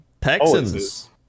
Texans